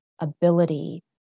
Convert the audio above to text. ability